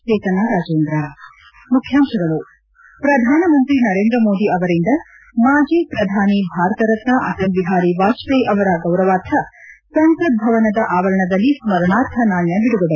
ಶ್ರಧಾನಮಂತ್ರಿ ನರೇಂದ್ರ ಮೋದಿ ಅವರಿಂದ ಮಾಜಿ ಶ್ರಧಾನಿ ಭಾರತ ರತ್ನ ಅಟಲ್ ಬಿಹಾರಿ ವಾಜಪೇಯಿ ಅವರ ಗೌರವಾರ್ಥ ಸಂಸತ್ ಭವನದ ಆವರಣದಲ್ಲಿ ಸ್ಕರಣಾರ್ಥ ನಾಣ್ಯ ಬಿಡುಗಡೆ